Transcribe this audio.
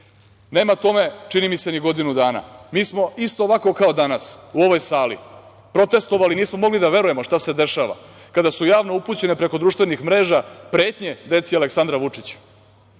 dece. Nema tome, čini mi se, ni godinu dana. Mi smo isto ovako kao danas u ovoj sali protestvovali, nismo mogli da verujemo šta se dešava, kada su javno upućene preko društvenih mreža, pretnje deci Aleksandra Vučića.